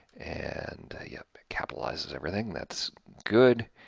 and yep, it capitalizes everything. that's good,